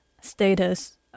status